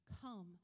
Come